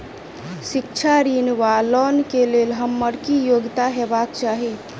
शिक्षा ऋण वा लोन केँ लेल हम्मर की योग्यता हेबाक चाहि?